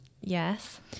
Yes